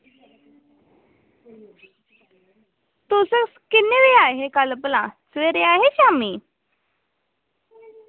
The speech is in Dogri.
तुस किन्ने बजे आए हे कल भला सवेरे आए हे शामीं